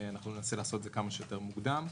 ננסה לעשות את זה כמה שיותר מוקדם.